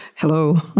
Hello